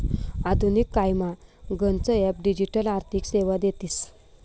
आधुनिक कायमा गनच ॲप डिजिटल आर्थिक सेवा देतीस